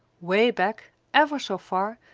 way back, ever so far,